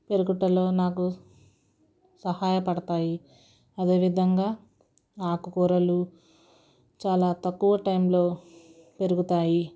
పెరుగడంలో నాకు సహాయపడతాయి అదేవిధంగా ఆకుకూరలు చాలా తక్కువ టైంలో పెరుగుతాయి